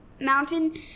mountain